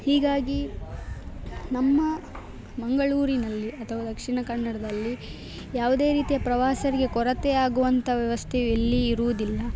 ಹೀಗಾಗಿ ನಮ್ಮ ಮಂಗಳೂರಿನಲ್ಲಿ ಅಥವಾ ದಕ್ಷಿಣ ಕನ್ನಡದಲ್ಲಿ ಯಾವುದೇ ರೀತಿಯ ಪ್ರವಾಸರಿಗೆ ಕೊರತೆಯಾಗುವಂಥ ವ್ಯವಸ್ಥೆಯು ಇಲ್ಲಿ ಇರುವುದಿಲ್ಲ